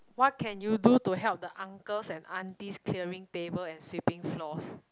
what can you do to help the uncles and aunties clearing table and sweeping floors